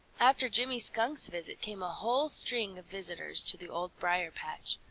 after jimmy skunk's visit came a whole string of visitors to the old briar-patch.